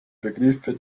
begriffe